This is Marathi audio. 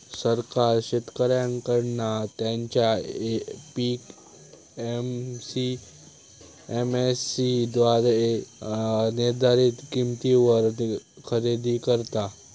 सरकार शेतकऱ्यांकडना त्यांचा पीक एम.एस.सी द्वारे निर्धारीत किंमतीवर खरेदी करता